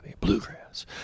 bluegrass